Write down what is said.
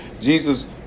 Jesus